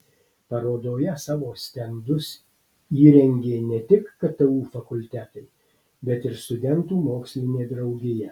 parodoje savo stendus įrengė ne tik ktu fakultetai bet ir studentų mokslinė draugija